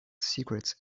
secrets